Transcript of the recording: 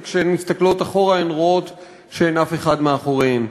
וכשהן מסתכלות אחורה הן רואות שאין אף אחד מאחוריהן.